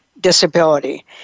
disability